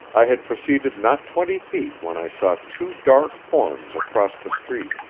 i had proceeded not twenty feet when i saw two dark forms across the street.